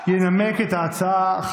תשמע את האנשים,